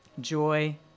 joy